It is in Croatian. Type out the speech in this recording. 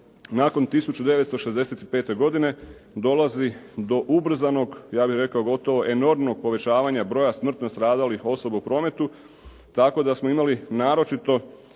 nakon 1965. godine dolazi do ubrzanog, ja bih rekao gotovo enormnog povećavanja broja smrtno stradalih osoba u prometu, tako da smo imali naročito